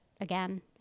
again